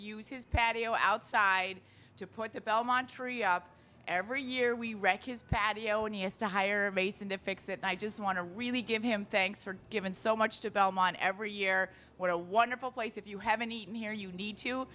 use his patio outside to put the belmont tree up every year we read his patio and he has to hire mason to fix it i just want to really give him thanks for giving so much to belmont every year what a wonderful place if you haven't eaten here you need to